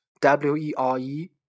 W-E-R-E